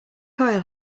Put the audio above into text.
coil